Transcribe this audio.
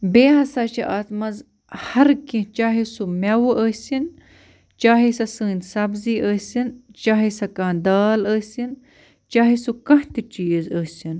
بیٚیہِ ہسا چھِ اَتھ منٛز ہر کیٚنٛہہ چاہے سُہ مٮ۪وٕ ٲسِن چاہے سٔہ سٲنۍ سبزی ٲسِن چاہے سٔہ کانٛہہ دال ٲسِن چاہے سُہ کانٛہہ تہِ چیٖز ٲسِن